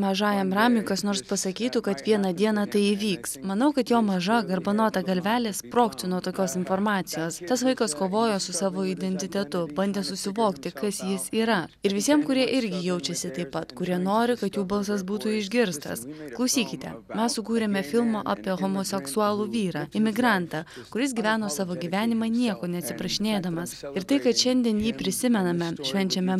mažajam ramiui kas nors pasakytų kad vieną dieną tai įvyks manau kad jo maža garbanota galvelė sprogtų nuo tokios informacijos tas vaikas kovoja su savo identitetu bandė susivokti kas jis yra ir visiem kurie irgi jaučiasi taip pat kurie nori kad jų balsas būtų išgirstas klausykite mes sukūrėme filmą apie homoseksualų vyrą imigrantą kuris gyveno savo gyvenimą nieko neatsiprašinėdamas ir tai kad šiandien jį prisimename švenčiame